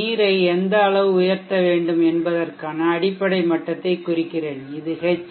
நீரை எந்த அடிப்படை மட்டத்திலிருந்து உயர்த்த வேண்டும் என்பதைக் குறிக்கிறேன் இது ஹெச்